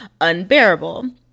unbearable